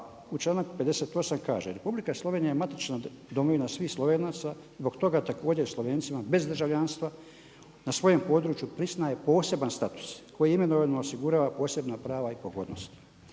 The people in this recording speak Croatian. članak 58. kaže: „Republika Slovenija je matična domovina svih Slovenaca, zbog toga također Slovencima bez državljanstva na svojem području priznaje poseban status koji imenovanima osigurava posebna prava i pogodnosti.“.